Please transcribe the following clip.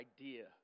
idea